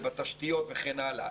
בתשתיות וכן הלאה,